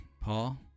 paul